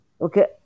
Okay